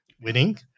winning